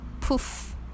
poof